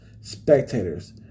spectators